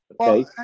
okay